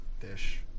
dish